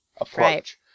approach